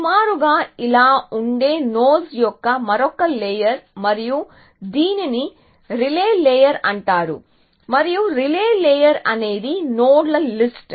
సుమారుగా ఇలా ఉండే నోడ్స్ యొక్క మరొక లేయర్ మరియు దీనిని రిలే లేయర్ అంటారు మరియు రిలే లేయర్ అనేది నోడ్ల లిస్ట్